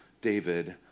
David